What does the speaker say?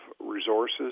resources